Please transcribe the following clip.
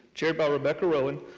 chaired by rebecca royen,